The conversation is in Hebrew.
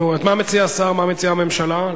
מה מציע השר, מה